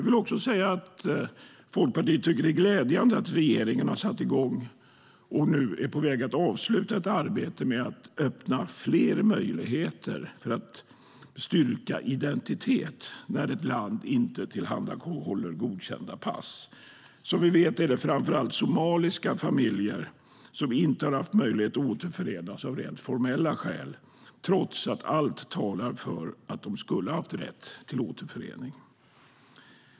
Folkpartiet tycker att det är glädjande att regeringen har satt i gång och nu är på väg att avsluta ett arbete med att öppna fler möjligheter för att styrka identitet när ett land inte tillhandahåller godkända pass. Som vi vet är det framför allt somaliska familjer som inte har haft möjlighet att återförenas av rent formella skäl, trots att allt talar för att de skulle ha rätt till återförening.